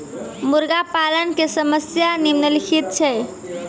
मुर्गा पालन के समस्या निम्नलिखित छै